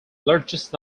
largest